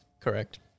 Correct